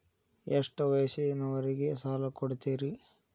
ಎಷ್ಟ ವಯಸ್ಸಿನವರಿಗೆ ಸಾಲ ಕೊಡ್ತಿರಿ?